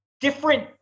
different